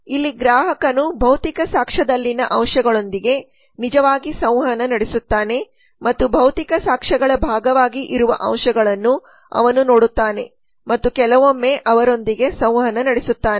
ಇಲ್ಲಿ ಗ್ರಾಹಕನು ಭೌತಿಕ ಸಾಕ್ಷ್ಯದಲ್ಲಿನ ಅಂಶಗಳೊಂದಿಗೆ ನಿಜವಾಗಿ ಸಂವಹನ ನಡೆಸುತ್ತಾನೆ ಮತ್ತು ಭೌತಿಕ ಸಾಕ್ಷ್ಯಗಳ ಭಾಗವಾಗಿ ಇರುವ ಅಂಶಗಳನ್ನು ಅವನು ನೋಡುತ್ತಾನೆ ಮತ್ತು ಕೆಲವೊಮ್ಮೆ ಅವರೊಂದಿಗೆ ಸಂವಹನ ನಡೆಸುತ್ತಾನೆ